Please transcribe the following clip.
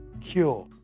cure